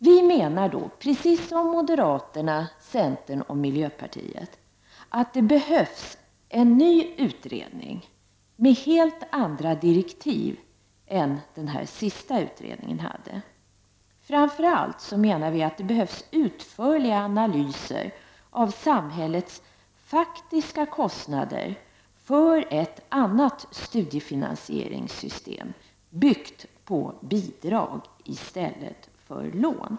Vi menar, precis som moderaterna, centern och miljöpartiet, att det behövs en ny utredning med helt andra direktiv än den senaste utredningen hade. Framför allt menar vi att det behövs utförliga analyser av samhällets faktiska kostnader för ett annat studiefinansieringssystem, byggt på bidrag i stället för lån.